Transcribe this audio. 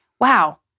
wow